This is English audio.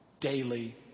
daily